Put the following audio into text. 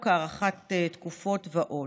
חוק הארכת תקופות ועוד.